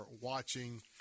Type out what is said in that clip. watching